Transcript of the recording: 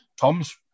Tom's